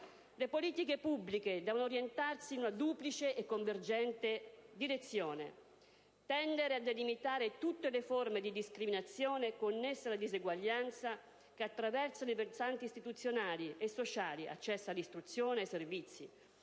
Le politiche pubbliche devono orientarsi in una duplice e convergente direzione: tendere a delimitare tutte le forme di discriminazione connesse alle diseguaglianze che attraversano i versanti istituzionali e sociali - accesso all'istruzione, servizi,